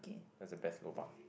that's the best lobang